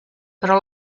però